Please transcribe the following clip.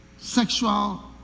sexual